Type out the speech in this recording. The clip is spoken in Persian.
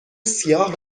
سیاه